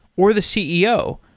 or the ceo,